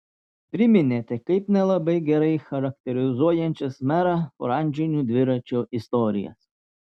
priminėte kaip nelabai gerai charakterizuojančias merą oranžinių dviračių istorijas